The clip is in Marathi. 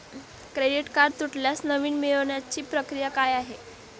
क्रेडिट कार्ड तुटल्यास नवीन मिळवण्याची प्रक्रिया काय आहे?